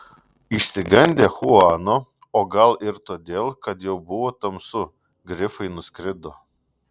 išsigandę chuano o gal ir todėl kad jau buvo tamsu grifai nuskrido